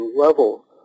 level